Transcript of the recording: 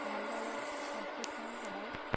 ভালদৰে ৰাখি থওঁ সদায়